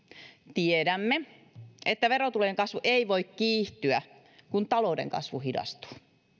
tiedämme että verotulojen kasvu ei voi kiihtyä kun talouden kasvu hidastuu